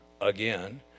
again